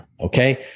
Okay